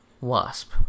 Wasp